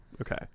Okay